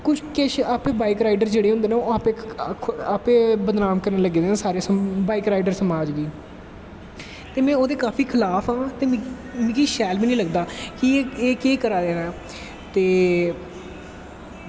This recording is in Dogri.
किश बाईक राईडर जेह्ड़े होंदे नै आपैं बदनाम करन लगे दे नै सारे बाईक राईडर समाज गी तेमें ओह्दे काफी खलाफ आं ते मिगी शैल बी नी लगदा कि एह् केह् करा दे नै ते